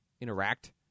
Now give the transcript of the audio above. interact